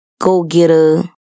go-getter